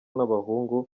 n’abahungu